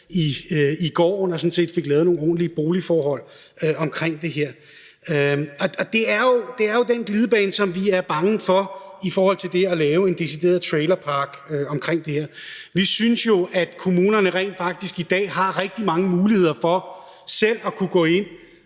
og sådan set fik lavet nogle ordentlige boligforhold der. Det er jo den glidebane, som vi er bange for at det er i forhold til det at lave en decideret trailerpark. Vi synes jo, at kommunerne rent faktisk i dag har rigtig mange muligheder for selv at kunne gå ind